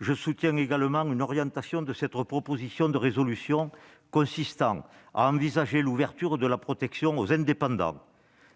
mon soutien à une orientation de cette proposition de résolution consistant à envisager l'ouverture de la protection aux indépendants,